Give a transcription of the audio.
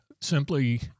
simply